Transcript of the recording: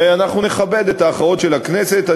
ואנחנו נכבד את הכרעות הכנסת.